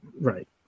right